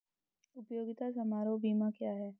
उपयोगिता समारोह बीमा क्या है?